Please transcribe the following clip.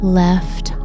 left